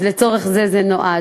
אז לצורך הזה זה נועד.